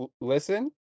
listen